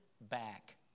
back